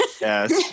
Yes